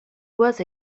was